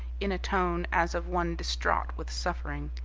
in a tone as of one distraught with suffering.